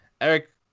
Eric